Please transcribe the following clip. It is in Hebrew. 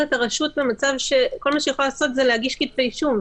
את הרשות במצב שכל מה שהיא יכולה לעשות זה להגיש כתבי אישום.